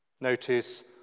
Notice